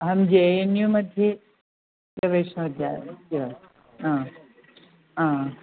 अहं J N U मध्ये प्रवेशविद्या अस्ति वा आम् आ